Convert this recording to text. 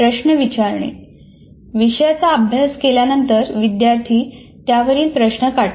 प्रश्न विचारणे विषयाचा अभ्यास केल्यानंतर विद्यार्थी त्यावरील प्रश्न काढतात